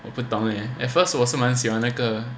我不懂诶 at first 我是蛮喜欢那个